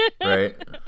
right